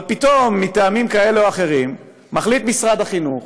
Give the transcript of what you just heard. אבל פתאום, מטעמים כאלה או אחרים, משרד החינוך